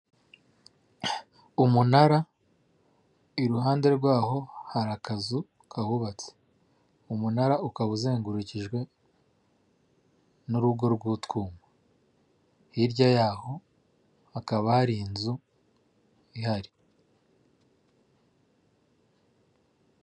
Umunara iruhande rwaho hari akazu kahubatse. Umunara ukaba uzengurukijwe n'urugo rw'utwuma. Hirya yaho hakaba hari inzu ihari.